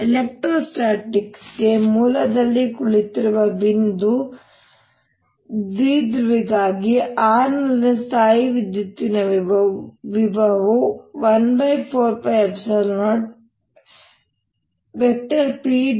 electrostatics ಗೆ ಮೂಲದಲ್ಲಿ ಕುಳಿತಿರುವ ಬಿಂದು ದ್ವಿಧ್ರುವಿಯಿಂದಾಗಿ r ನಲ್ಲಿನ ಸ್ಥಾಯೀವಿದ್ಯುತ್ತಿನ ವಿಭವವು 14π0p